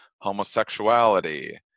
homosexuality